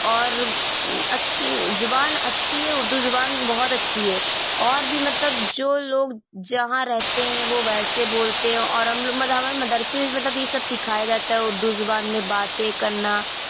اور اچھی زبان اچھی ہے اردو زبان بہت اچھی ہے اور بھی مطلب جو لوگ جہاں رہتے ہیں وہ ویسے بولتے ہیں اور ہم لوگ مطلب ہمارے مدرسے میں مطلب یہ سب سکھایا جاتا ہے اردو زبان میں باتیں کرنا